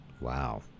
Wow